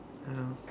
ya